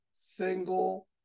single